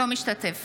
אינו משתתף